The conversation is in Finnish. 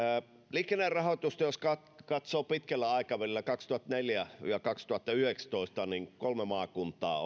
liikennerahoitusta jos katsoo pitkällä aikavälillä kaksituhattaneljä viiva kaksituhattayhdeksäntoista niin kolme maakuntaa